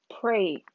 pray